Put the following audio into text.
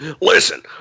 listen